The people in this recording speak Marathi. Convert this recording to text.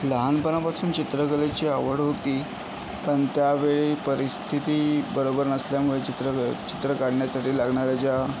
लहानपणापासून चित्रकलेची आवड होती पण त्यावेळी परिस्थिती बरोबर नसल्यामुळे चित्र चित्र काढण्यासाठी लागणाऱ्या ज्या